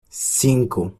cinco